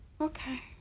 Okay